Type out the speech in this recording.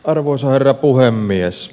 arvoisa herra puhemies